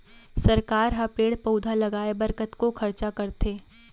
सरकार ह पेड़ पउधा लगाय बर कतका खरचा करथे